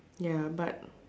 ya but